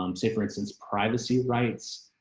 um say, for instance, privacy rights,